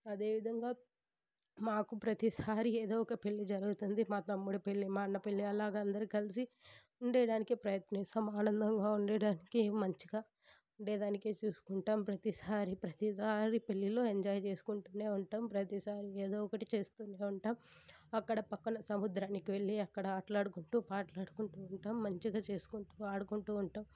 అదేవిధంగా మాకు ప్రతిసారి ఏదో ఒక పెళ్లి జరుగుతుంది మా తమ్ముడు పెళ్లి మా అన్న పెళ్లి అలాగా అందరూ కలిసి ఉండేడానికి ప్రయత్నిస్తాం ఆనందంగా ఉండేడానికి మంచిగా ఉండేదానికి చూసుకుంటాం ప్రతిసారి ప్రతిసారి పెళ్లిలో ఎంజాయ్ చేసుకుంటు ఉంటాం ప్రతిసారి ఏదో ఒకటి చేస్తూనే ఉంటాం అక్కడ పక్కన సముద్రానికి వెళ్ళి అక్కడ ఆటలాడుకుంటు పాటలాడుకుంటు ఉంటాం మంచిగా చేసుకుంటూ ఆడుకుంటూ ఉంటాం